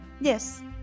Yes